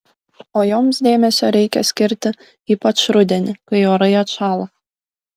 o joms dėmesio reikia skirti ypač rudenį kai orai atšąla